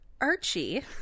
Archie